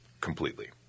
completely